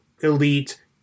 elite